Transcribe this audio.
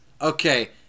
Okay